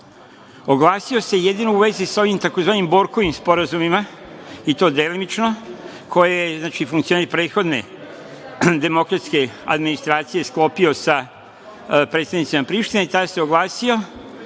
Oglasio se jedino u vezi sa ovim tzv. Borkovim sporazumima, i to delimično, koje je znači, funkcioner prethodne demokratske administracije sklopio sa predstavnicima Prištine, i tada se oglasio